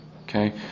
Okay